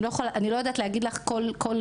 אני לא יכולה להגיד לך מה עושה כל רשות,